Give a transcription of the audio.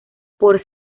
por